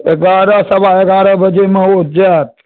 एगारह सवा एगारह बजेमे ओ जायत